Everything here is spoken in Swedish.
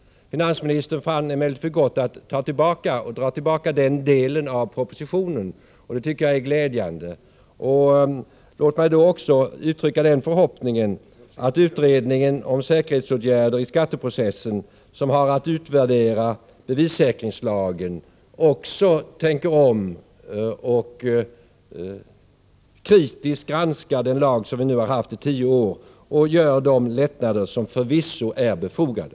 Finansministern fann emellertid för gott att dra tillbaka denna del av propositionen, vilket jag tycker är glädjande. Låt mig också uttrycka den förhoppningen att utredningen om säkerhetsåtgärder i skatteprocessen, som har att utvärdera bevissäkringslagen, tänker om och kritiskt granskar den lag som vi nu har haft i tio år och genomför de lättnader som förvisso är befogade.